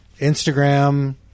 Instagram